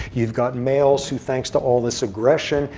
you've got males who, thanks to all this aggression,